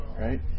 right